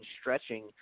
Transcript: stretching